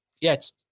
yes